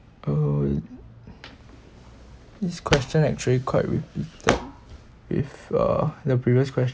oh wait this question actually quite repeated with uh the previous question